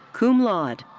cum laude.